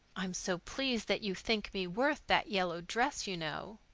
i'm so pleased that you think me worth that yellow dress, you know,